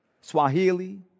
Swahili